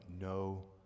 no